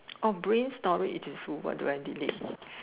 oh brain storage is full what do I delete